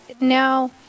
Now